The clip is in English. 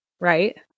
right